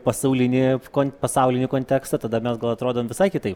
pasaulinė kon pasaulinį kontekstą tada mes gal atrodom visai kitaip